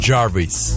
Jarvis